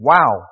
Wow